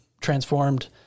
transformed